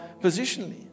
positionally